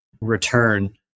return